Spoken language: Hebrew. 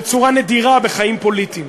בצורה נדירה בחיים פוליטיים.